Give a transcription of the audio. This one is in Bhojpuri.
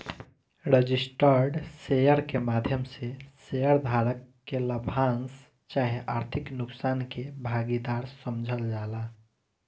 रजिस्टर्ड शेयर के माध्यम से शेयर धारक के लाभांश चाहे आर्थिक नुकसान के भागीदार समझल जाला